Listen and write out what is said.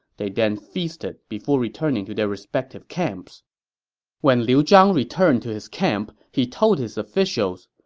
they then feasted before returning to their respective camps when liu zhang returned to his camp, he told his officials,